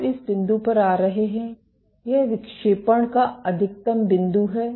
आप इस बिंदु पर आ रहे हैं यह विक्षेपण का अधिकतम बिंदु है